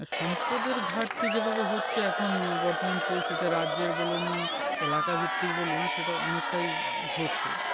সম্পদের ঘাটতি যেভাবে হচ্ছে এখন বর্তমান পরিস্থিতিতে রাজ্যের বলুন এলাকাভিত্তিক বলুন সেটাও অনেকটাই ঘটছে